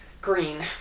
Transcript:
green